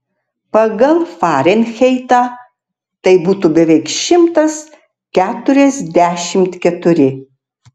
pagal farenheitą tai būtų beveik šimtas keturiasdešimt keturi